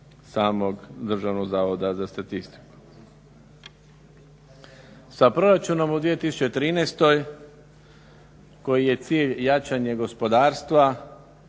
samog državnog Zavoda za statistiku. Sa proračunom u 2013. koji je cilj jačanje gospodarstva,